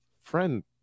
friend